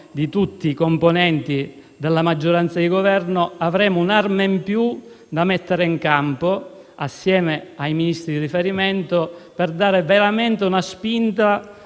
di tutti i componenti della maggioranza di Governo, avremo un'arma in più da mettere in campo, insieme ai Ministri di riferimento, per dare veramente una spinta